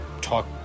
talk